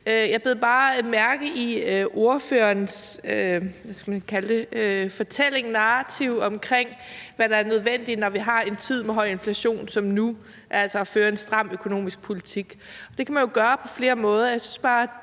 Jeg bed bare mærke i ordførerens fortælling eller narrativ omkring, hvad der er nødvendigt i en tid med inflation som nu, altså at føre en stram økonomisk politik. Det kan man jo gøre på flere måder.